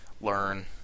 learn